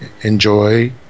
enjoy